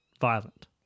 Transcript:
violent